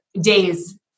days